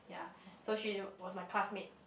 ya so she was my classmate